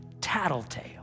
tattletale